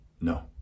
No